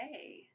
hey